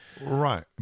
right